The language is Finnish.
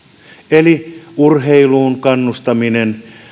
eli urheiluun kannustaminen